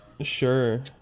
Sure